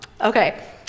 Okay